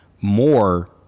more